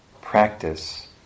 practice